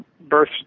birth